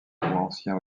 ancien